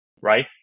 right